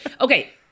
okay